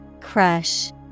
Crush